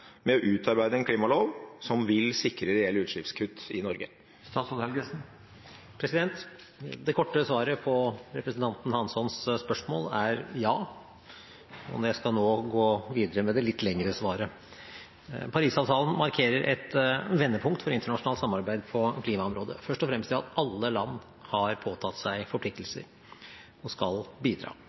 å utarbeide en klimalov som kan sikre reelle utslippskutt i Norge?» Det korte svaret på representanten Hanssons spørsmål er ja. Jeg skal nå gå videre med det litt lengre svaret. Paris-avtalen markerer et vendepunkt for internasjonalt samarbeid på klimaområdet, først og fremst ved at alle land har påtatt seg forpliktelser og skal bidra.